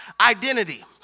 identity